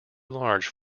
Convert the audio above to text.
large